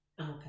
Okay